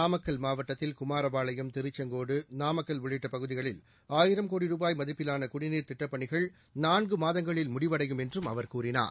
நாமக்கல் மாவட்டத்தில் குமாரபாளையம் திருச்செங்கோடு நாமக்கல் உள்ளிட்ட பகுதிகளில் ஆயிரம் கோடி ரூபாய் மதிப்பிலான குடிநீர் திட்டப்பணிகள் நான்கு மாதங்களில் முடிவடையும் என்றும் கூறினார்